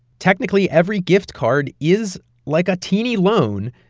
technically, every gift card is like a teeny loan,